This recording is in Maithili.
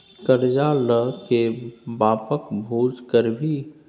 करजा ल कए बापक भोज करभी?